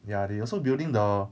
ya they also building the